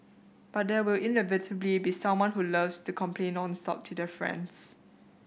but there will inevitably be someone who loves to complain nonstop to their friends